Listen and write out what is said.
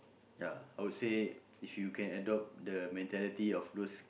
ya I would say if you can adopt the mentality of those